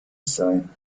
sein